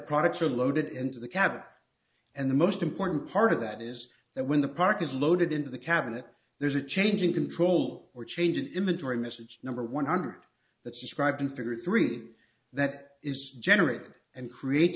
products are loaded into the cab and the most important part of that is that when the park is loaded into the cabinet there's a change in control or change imagery message number one hundred that subscribe in figure three that is generated and create